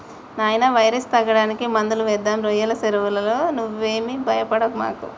నాయినా వైరస్ తగ్గడానికి మందులు వేద్దాం రోయ్యల సెరువులో నువ్వేమీ భయపడమాకు